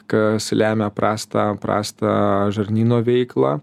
kas lemia prastą prastą žarnyno veiklą